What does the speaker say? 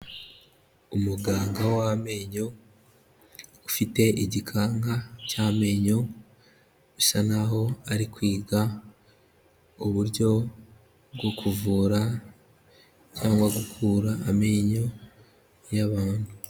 Umuganga w'amenyo, ufite igikanka cy'amenyo bisa nkaho ari kwiga uburyo bwo kuvura cyangwa gukura amenyo y'abantu.